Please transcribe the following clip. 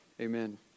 Amen